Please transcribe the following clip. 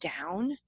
down